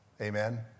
Amen